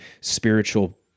spiritual